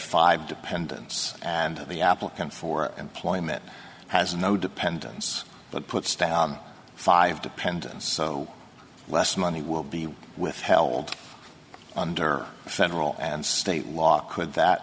five dependence and the applicant for employment has no dependents but puts down five days and so less money will be withheld under federal and state law could that